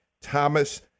Thomas